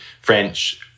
French